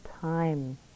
time